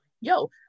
yo